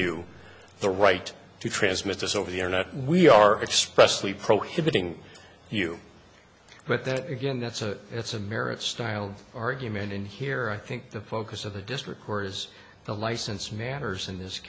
you the right to transmit this over the internet we are especially prohibiting you but that again that's a it's a marriage styled argument in here i think the focus of the district court is the license matters in this